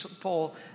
Paul